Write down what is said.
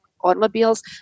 automobiles